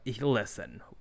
listen